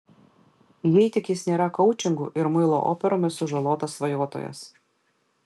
jei tik jis nėra koučingu ir muilo operomis sužalotas svajotojas